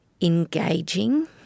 engaging